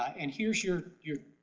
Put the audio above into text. and here's your. your